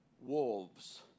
wolves